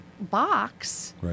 box